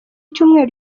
cyumweru